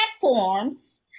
platforms